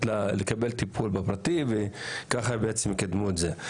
לקבל טיפול בפרטי וככה בעצם יקדמו את זה.